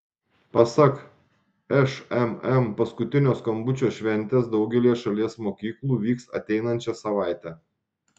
pasak šmm paskutinio skambučio šventės daugelyje šalies mokyklų vyks ateinančią savaitę